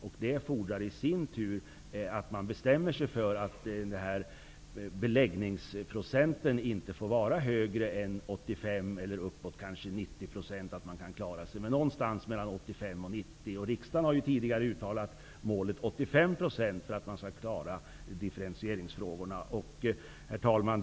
Och det fordrar i sin tur att man bestämmer sig för att beläggningsnivån inte får överstiga 85--90 %. Riksdagen har tidigare uttalat målet 85 % för att differentieringen skall kunna klaras. Herr talman!